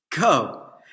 Go